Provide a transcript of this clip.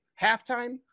halftime